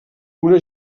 una